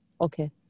okay